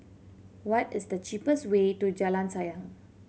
what is the cheapest way to Jalan Sayang